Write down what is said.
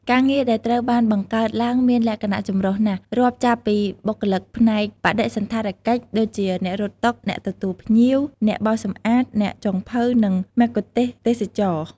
ការងារដែលត្រូវបានបង្កើតឡើងមានលក្ខណៈចម្រុះណាស់ រាប់ចាប់ពីបុគ្គលិកផ្នែកបដិសណ្ឋារកិច្ច ដូចជា អ្នករត់តុ អ្នកទទួលភ្ញៀវ អ្នកបោសសម្អាត អ្នកចុងភៅ និង មគ្គុទ្ទេសក៍ទេសចរណ៍។